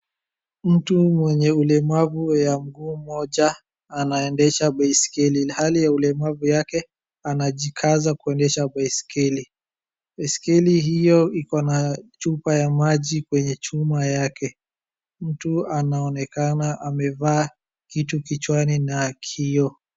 Mtu mwenye ulemavu wa mguu mmoja anendesha baiskeli ilhali ulemavu wake anajikaza kuendesha baiskeli. Baiskeli hiyo iko na chupa ya maji kwenye chuma yake. Mtu anaonekana amevaa kitu kichwani na kioo.